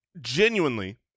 Genuinely